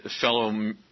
fellow